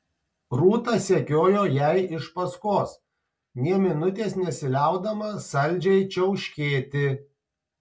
rūta sekiojo jai iš paskos nė minutės nesiliaudama saldžiai čiauškėti